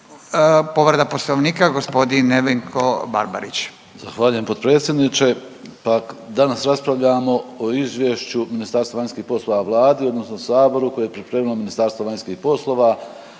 povreda Poslovnika gospodin Nevenko Barbarić. **Barbarić, Nevenko (HDZ)** Zahvaljujem potpredsjedniče. Danas raspravljamo o izvješću Ministarstva vanjskih poslova Vladi odnosno saboru koje je pripremilo Ministarstvo vanjskih poslova,